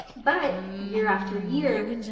but year after year,